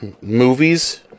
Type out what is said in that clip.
movies